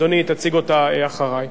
אדוני, היא תציג אותה אחרי.